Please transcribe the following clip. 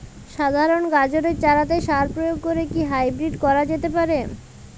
সাধারণ গাজরের চারাতে সার প্রয়োগ করে কি হাইব্রীড করা যেতে পারে?